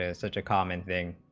to message a common thing